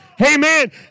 Amen